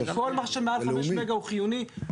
כל מה שמעל 5 מגה הוא חיוני,